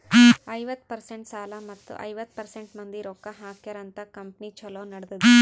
ಐವತ್ತ ಪರ್ಸೆಂಟ್ ಸಾಲ ಮತ್ತ ಐವತ್ತ ಪರ್ಸೆಂಟ್ ಮಂದಿ ರೊಕ್ಕಾ ಹಾಕ್ಯಾರ ಅಂತ್ ಕಂಪನಿ ಛಲೋ ನಡದ್ದುದ್